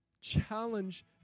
challenge